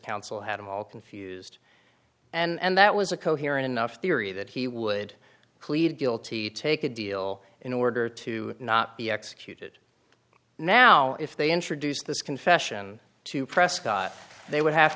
counsel had him all confused and that was a coherent enough theory that he would plead guilty take a deal in order to not be executed now if they introduce this confession to prescott they would have